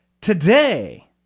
today